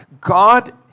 God